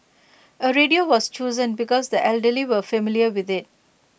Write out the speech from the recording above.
A radio was chosen because the elderly were familiar with IT